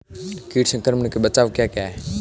कीट संक्रमण के बचाव क्या क्या हैं?